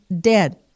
dead